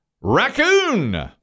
raccoon